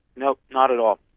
no, not at all,